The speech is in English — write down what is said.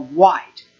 white